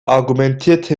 argumentierte